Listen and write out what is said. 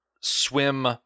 swim